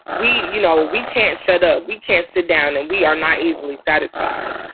we you know, we can't shut up. we can't sit down and we are not easily satisfied.